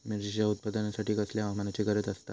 मिरचीच्या उत्पादनासाठी कसल्या हवामानाची गरज आसता?